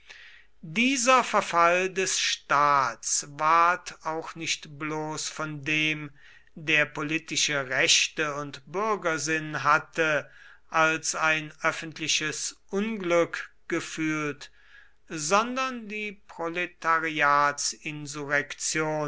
dieser verfall des staats ward auch nicht etwa bloß von dem der politische rechte und bürgersinn hatte als ein öffentliches unglück gefühlt sondern die